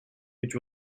which